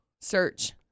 search